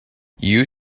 you